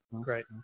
Great